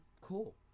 Cool